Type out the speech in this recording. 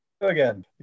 again